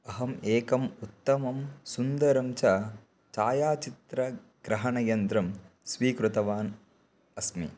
अहम् एकम् उत्तमं सुन्दरं च छायाचित्रग्रहणयन्त्रं स्वीकृतवान् अस्मि